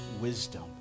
wisdom